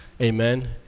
Amen